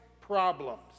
problems